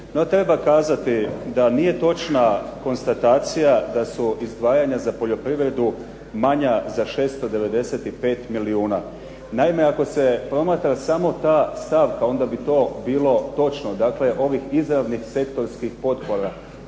treba kazati da nije točna konstatacija da su izdvajanja za poljoprivredu manja za 695 kuna, naime ako se promatra samo ta stavka onda bi to bilo točno, dakle ovih izravnih sektorskih potpora.